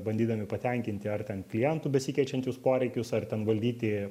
bandydami patenkinti ar ten klientų besikeičiančius poreikius ar ten valdyti